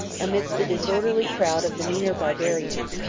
amidst a disorderly crowd of the meaner barbarians.